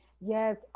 Yes